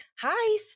Hi